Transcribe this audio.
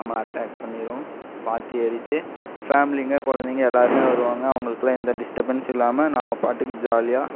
நம்மளை அட்டாக் பண்ணிடும் பார்த்து ஏறிவிட்டு ஃபேம்லிங்க குழந்தைங்க எல்லாருமே வருவாங்க அவங்களுக்குலான் எந்த டிஸ்ட்டபென்ஸும் இல்லாமல் நாம் பாட்டுக்கு ஜாலியாக